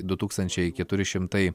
du tūkstančiai keturi šimtai